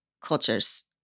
culture's